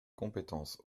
compétence